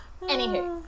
Anywho